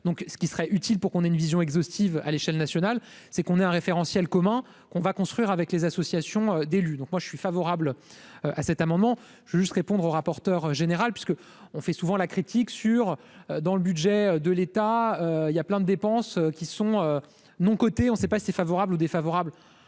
ce qui serait utile pour qu'on ait une vision exhaustive à l'échelle nationale, c'est qu'on ait un référentiel commun qu'on va construire avec les associations d'élus, donc moi je suis favorable à cet amendement juste répondre au rapporteur général parce que on fait souvent la critique sur dans le budget de l'État, il y a plein de dépenses qui sont non coté on sait pas si favorables ou défavorables,